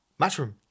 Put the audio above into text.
Matchroom